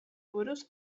buruz